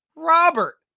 Robert